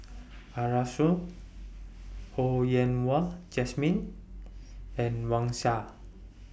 Arasu Ho Yen Wah Jesmine and Wang Sha